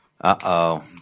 Uh-oh